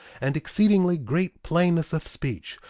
and exceedingly great plainness of speech,